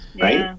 right